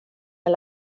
med